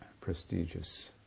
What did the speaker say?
Prestigious